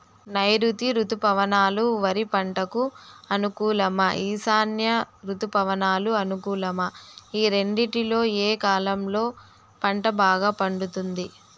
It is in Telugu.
నైరుతి రుతుపవనాలు వరి పంటకు అనుకూలమా ఈశాన్య రుతుపవన అనుకూలమా ఈ రెండింటిలో ఏ కాలంలో పంట బాగా పండుతుంది?